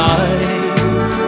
eyes